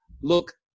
look